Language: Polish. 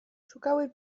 szukały